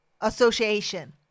association